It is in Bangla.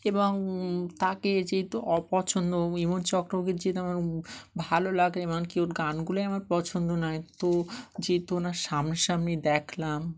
এবং তাকে যেহেতু অপছন্দ ইমন চক্রকে যেহেতু আমার ভালো লাগে না এমন কি ওর গানগুলোই আমার পছন্দ নয় তো যেহেতু ওনার সামনাসামনি দেখলাম